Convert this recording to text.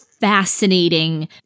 fascinating